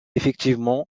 effectivement